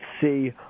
see